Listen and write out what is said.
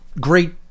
great